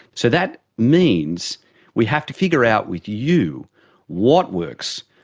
so that means we have to figure out with you what works,